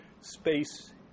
space